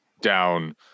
down